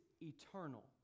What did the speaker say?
eternal